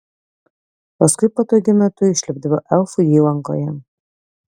paskui patogiu metu išlipdavo elfų įlankoje